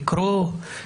לקרוא,